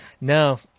no